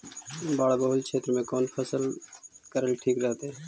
बाढ़ बहुल क्षेत्र में कौन फसल करल ठीक रहतइ?